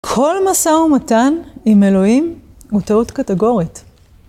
כל משא ומתן עם אלוהים הוא טעות קטגורית.